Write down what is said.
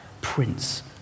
Prince